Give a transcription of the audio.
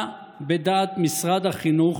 מה בדעת משרד החינוך